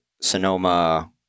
Sonoma